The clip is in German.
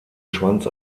schwanz